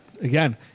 Again